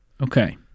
Okay